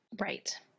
Right